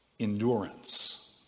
endurance